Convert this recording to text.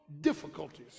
difficulties